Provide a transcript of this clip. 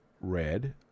Red